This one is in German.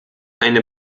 eine